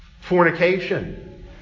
Fornication